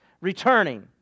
returning